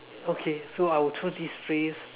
okay so I will choose this phrase